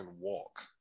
walk